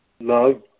love